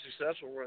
successful